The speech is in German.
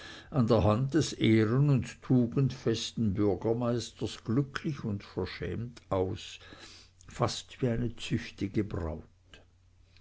an der hand des ehren und tugendfesten bürgermeisters glücklich und verschämt aus fast wie eine züchtige braut